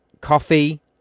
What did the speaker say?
coffee